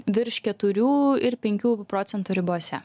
virš keturių ir penkių procentų ribose